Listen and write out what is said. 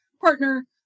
partner